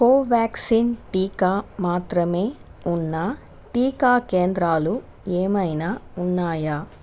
కోవ్యాక్సిన్ టీకా మాత్రమే ఉన్న టీకా కేంద్రాలు ఏమైన ఉన్నాయా